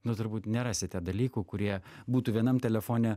nu turbūt nerasite dalykų kurie būtų vienam telefone